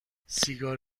سیگار